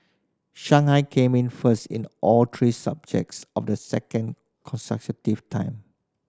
Shanghai came in first in all three subjects of the second consecutive time